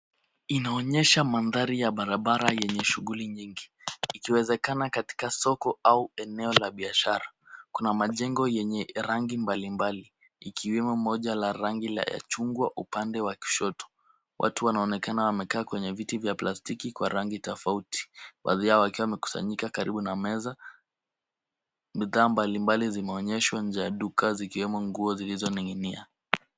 Inaonyesha mandhari ya barabara yenye shughuli nyingi ikiwezekana katika soko au eneo la biashara. Kuna majengo yenye rangi mbalimbali ikiwemo moja la rangi la chungwa upande wa kushoto. Watu wanaonekana wamekaa kwenye viti vya plastiki kwa rangi tofauti. Baadhi yao wakiwa wamekusanyika karibu na meza. Bidhaa mbalimbali zimeonyeshwa nje ya duka zikiwemo nguo zilizoning'inia.